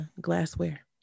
glassware